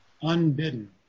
unbidden